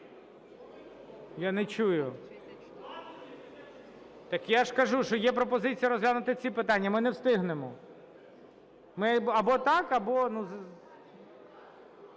Я не чую. Так я ж кажу, що є пропозиція розглянути ці питання, ми не встигнемо. Ми так або…